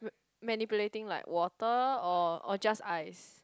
manipulating like water or or just ice